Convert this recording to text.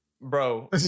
Bro